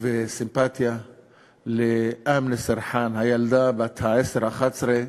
וסימפתיה לאמנה סרחאן, הילדה בת העשר, 11,